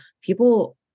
people